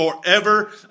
forever